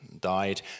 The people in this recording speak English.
died